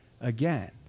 again